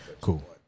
cool